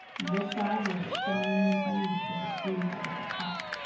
this side where it's showing you the thing you're supposed to squeeze up at the top